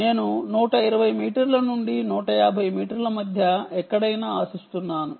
నేను 120 మీటర్ల నుండి 150 మీటర్ల మధ్య ఎక్కడైనా ఆశిస్తున్నాను